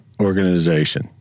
organization